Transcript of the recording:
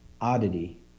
oddity